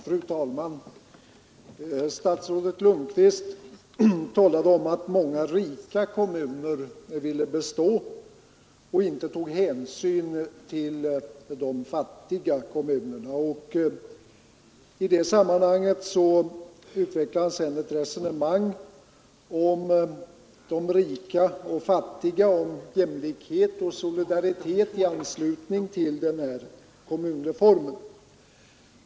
Fru talman! Statsrådet Lundkvist talade om att många rika kommuner ville bestå och inte tog hänsyn till de fattiga kommunerna. I det sammanhanget utvecklade han ett resonemang om de rika och fattiga, om jämlikhet och solidaritet i anslutning till kommunreformen.